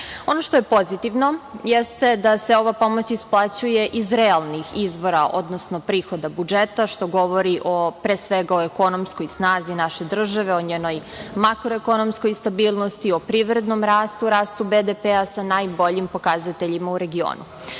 što je pozitivno jeste da se ova pomoć isplaćuje iz realnih izvora, odnosno prihoda budžeta, što govori, pre svega, o ekonomskoj snazi naše države, o njenoj makroekonomskoj stabilnosti, o privrednom rastu, rastu BDP-a sa najboljim pokazateljima u regionu. Bez